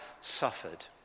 suffered